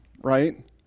right